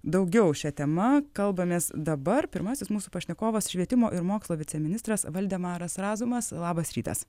daugiau šia tema kalbamės dabar pirmasis mūsų pašnekovas švietimo ir mokslo viceministras valdemaras razumas labas rytas